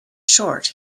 short